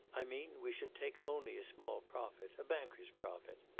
i mean we should take only a small profit. a banker's profit.